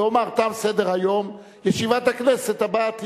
ואומר: תם סדר-היום, ישיבת הכנסת הבאה תהיה,